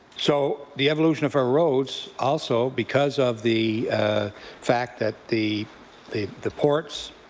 so the evolution of our roads also because of the fact that the the the ports,